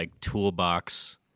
toolbox